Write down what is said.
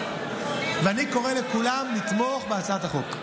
קורא לכולם לתמוך בהצעת החוק.